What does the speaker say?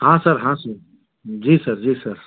हाँ सर हाँ सर जी सर जी सर